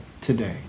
today